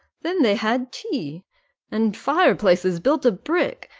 then they had tea and fireplaces built of brick,